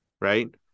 Right